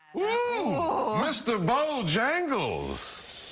oh, mr. bojangles.